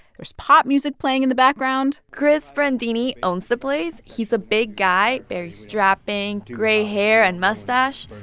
there's pop music playing in the background chris brandini owns the place. he's a big guy, very strapping, gray hair and mustache,